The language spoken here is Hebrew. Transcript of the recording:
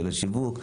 של השיווק,